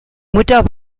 mutter